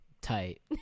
Tight